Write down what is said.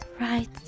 right